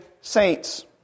saints